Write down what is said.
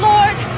Lord